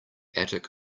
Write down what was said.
attic